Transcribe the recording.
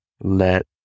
let